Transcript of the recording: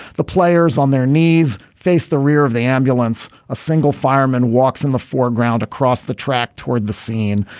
the players on their knees face the rear of the ambulance. a single fireman walks in the foreground across the track toward the scene.